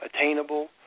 attainable